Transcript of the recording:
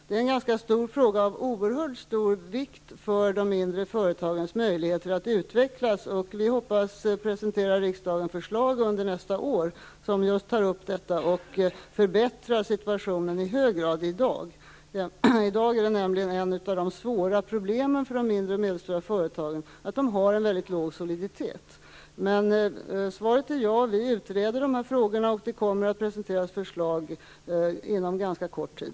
Det är en ganska omfattande fråga av oerhört stor vikt för de mindre företagens möjligheter att utvecklas. Vi hoppas att under nästa år kunna presentera förslag för riksdagen, som tar upp just detta. Dessa förslag kommer i hög grad att bidra till att förbättra dagens situation. Ett av de svåra problemen för de mindre och medelstora företagen i dag är att de har väldigt låg soliditet. Svaret är således ja. Vi utreder dessa frågor, och det kommer att presenteras förslag inom en ganska kort tid.